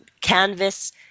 canvas